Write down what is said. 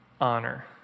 honor